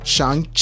Shang